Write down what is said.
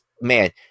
man